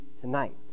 tonight